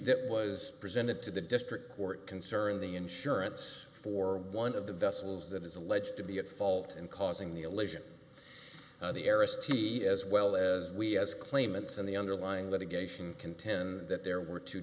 that was presented to the district court concerning the insurance for one of the vessels that is alleged to be at fault in causing the illusion arest t as well as we as claimants and the underlying litigation contend that there were two